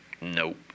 Nope